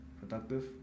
productive